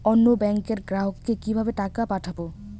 অন্য ব্যাংকের গ্রাহককে কিভাবে টাকা পাঠাবো?